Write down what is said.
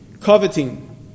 coveting